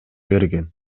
берген